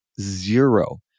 zero